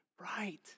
right